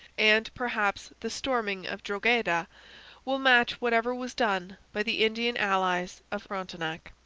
and, perhaps, the storming of drogheda will match whatever was done by the indian allies of frontenac.